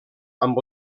amb